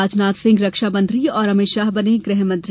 राजनाथ सिंह रक्षा मंत्री और अमित शाह बने गृहमंत्री